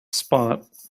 spot